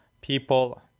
people